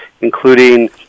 including